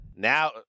Now